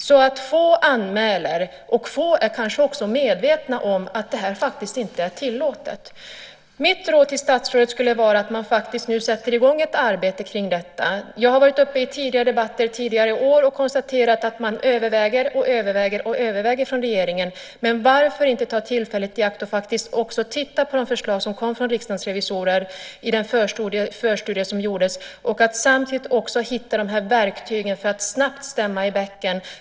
Det är få som anmäler, och få är kanske ens medvetna om att detta faktiskt inte är tillåtet. Mitt råd till statsrådet skulle vara att nu sätta i gång ett arbete kring detta. Jag har varit uppe i debatter också tidigare år och konstaterat att regeringen överväger och överväger. Varför inte ta tillfället i akt och se på de förslag som kom från Riksdagens revisorer i den förstudie som gjordes och kanske samtidigt hitta de verktyg som behövs för att snabbt kunna stämma i bäcken?